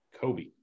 Kobe